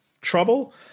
trouble